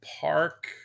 park